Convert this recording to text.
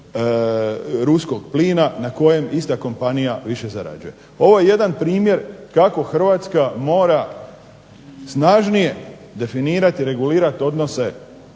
Ovo je jedan primjer kako Hrvatska mora snažnije definirati i regulirati odnose